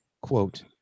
quote